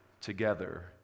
together